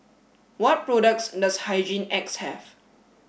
what products does Hygin X have